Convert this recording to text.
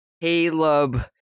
Caleb